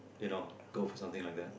you know go for something like that